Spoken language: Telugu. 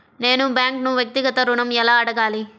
నేను బ్యాంక్ను వ్యక్తిగత ఋణం ఎలా అడగాలి?